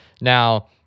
Now